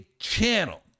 Channel